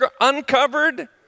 uncovered